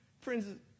Friends